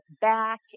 back